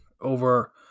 over